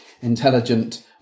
intelligent